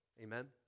Amen